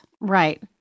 Right